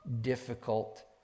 difficult